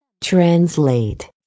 Translate